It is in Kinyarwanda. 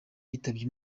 yitabye